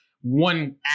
one